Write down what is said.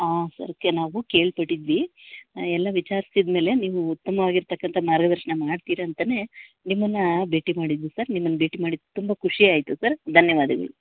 ಹಾಂ sir okay ನಾವು ಕೇಳ್ಪಟ್ಟಿದ್ವಿ ಎಲ್ಲ ವಿಚಾರ್ಸಿದ ಮೇಲೆ ನೀವು ಉತ್ತಮವಾಗಿರತಕ್ಕಂಥ ಮಾರ್ಗದರ್ಶನ ಮಾಡ್ತೀರ ಅಂತಲೇ ನಿಮ್ಮನ್ನು ಭೇಟಿ ಮಾಡಿದ್ವಿ ಸರ್ ನಿಮ್ಮನ್ನು ಭೇಟಿ ಮಾಡಿದ್ದು ತುಂಬ ಖುಷಿ ಆಯಿತು ಸರ್ ಧನ್ಯವಾದಗಳು